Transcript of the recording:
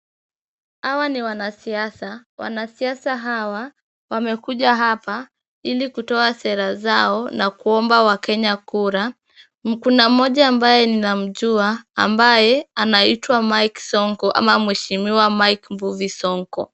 Hawa ni wanasiasa, wanasiasa hawa, wamekuja hapa ili kutoa sera zao na kuomba wakenya kura. Kuna mmoja ambaye ninamjua ambaye anaitwa Mike Sonko ama mheshimiwa Mike Mbuvi Sonko.